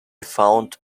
found